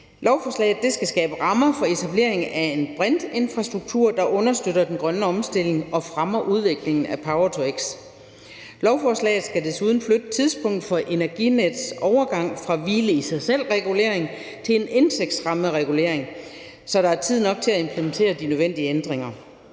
Lovforslaget skal skabe rammer for etablering af en brintinfrastruktur, der understøtter den grønne omstilling og fremmer udviklingen af power-to-x. Lovforslaget skal desuden flytte tidspunktet for Energinets overgang fra en hvile i sig selv-regulering til en indtægtsrammeregulering, så der er tid nok til at implementere de nødvendige ændringer.